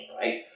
right